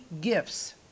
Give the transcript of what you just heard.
gifts